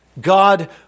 God